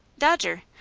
dodger.